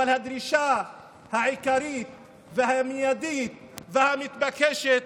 אבל הדרישה העיקרית והמיידית והמתבקשת